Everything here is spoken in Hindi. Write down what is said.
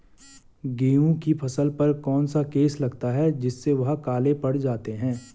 गेहूँ की फसल पर कौन सा केस लगता है जिससे वह काले पड़ जाते हैं?